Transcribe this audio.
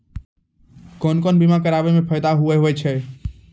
कोन कोन बीमा कराबै मे फायदा होय होय छै?